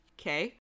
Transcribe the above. Okay